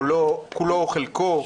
כולו או חלקו,